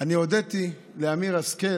אני הודיתי לאמיר השכל